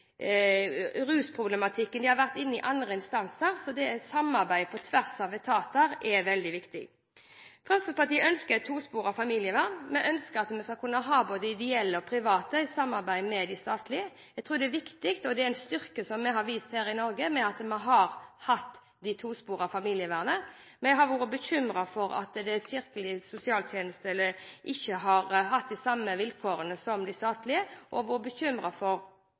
har de vært innom andre instanser, f.eks. på grunn av rusproblematikk. Derfor er samarbeidet på tvers av etater veldig viktig. Fremskrittspartiet ønsker et tosporet familievern. Vi ønsker at vi skal kunne ha både ideelle og private, i samarbeid med de statlige. Jeg tror det er viktig og en styrke vi har vist her i Norge, at vi har hatt et tosporet familievern. Vi har vært bekymret for at Kirkens Sosialtjeneste ikke har hatt de samme vilkårene som de statlige, og vi har vært bekymret for